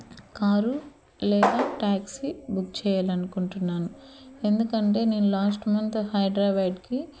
car లేదా taxi book చేయాలనుకుంటున్నాను ఎందుకంటే నేను లాస్ట్ మంత్ హైదరాబాద్కి